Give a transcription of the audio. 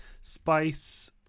spice